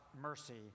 mercy